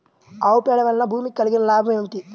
ఆవు పేడ వలన భూమికి కలిగిన లాభం ఏమిటి?